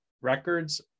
records